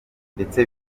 ndetse